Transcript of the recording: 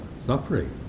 suffering